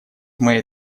моей